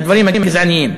מהדברים הגזעניים,